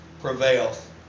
prevails